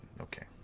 okay